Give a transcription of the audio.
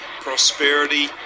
prosperity